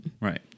Right